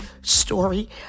story